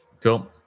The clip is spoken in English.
cool